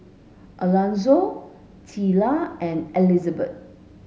Alonzo Teela and Elizabeth